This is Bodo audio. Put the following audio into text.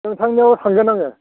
नोंथांनियाव थांगोन आङो